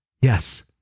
Yes